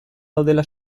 daudela